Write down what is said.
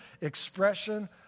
expression